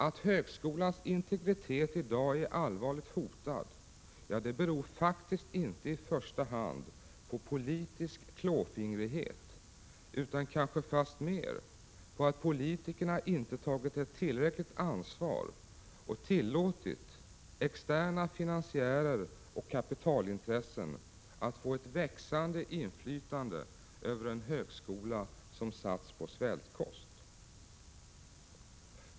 Att högskolans integritet i dag är allvarligt hotad beror faktiskt inte i första hand på politisk klåfingrighet, utan kanske fastmer på att politikerna inte tagit ett tillräckligt ansvar. De har tillåtit externa finansiärer och kapitalintressen att få ett växande inflytande över en högskola som satts på svältkost.